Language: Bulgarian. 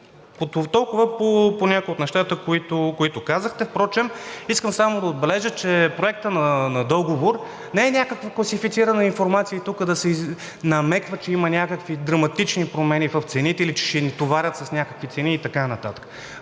Толкова по някои от нещата, които казахте. Впрочем, искам само да отбележа, че проектът на договор не е някаква класифицирана информация и тук да се намеква, че има някакви драматични промени в цените или че ще ни товарят с някакви цени и така нататък